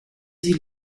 sie